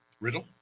Riddle